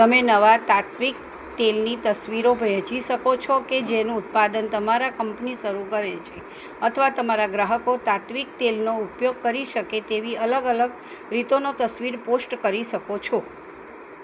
તમે નવા તાત્ત્વિક તેલની તસવીરો વહેંચી શકો છો કે જેનું ઉત્પાદન તમારા કંપની શરૂ કરે છે અથવા તમારા ગ્રાહકો તાત્ત્વિક તેલનો ઉપયોગ કરી શકે તેવી અલગ અલગ રીતોનો તસવીરો પોસ્ટ કરી શકો છો